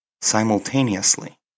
simultaneously